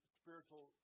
spiritual